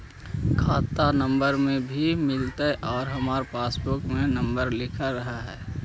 खाता नंबर भी मिलतै आउ हमरा पासबुक में नंबर लिखल रह है?